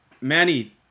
Manny